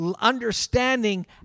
understanding